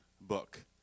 book